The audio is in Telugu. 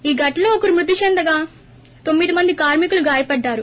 ఈ ఘటనలో ఒకరు మృతి చెందగా తొమ్మిది మంది కార్మీకులు గాయపడ్డారు